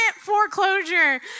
foreclosure